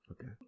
Okay